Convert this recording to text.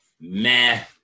meh